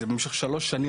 במשך שלוש שנים,